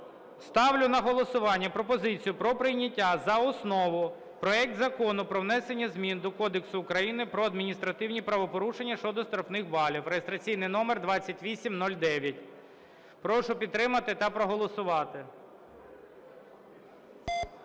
Ставлю на голосування пропозицію про прийняття за основу проект Закону про внесення змін до Кодексу України про адміністративні правопорушення щодо штрафних балів (реєстраційний номер 2809). Прошу підтримати та проголосувати.